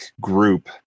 group